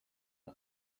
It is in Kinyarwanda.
ayo